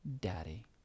Daddy